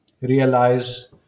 realize